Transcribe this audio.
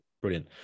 Brilliant